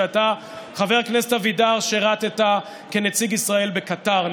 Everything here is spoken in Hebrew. שאתה שירת כנציג ישראל בקטאר.